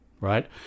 Right